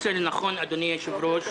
אדוני היושב ראש,